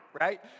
right